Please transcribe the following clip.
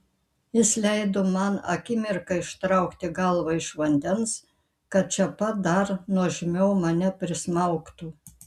jis leido man akimirką ištraukti galvą iš vandens kad čia pat dar nuožmiau mane prismaugtų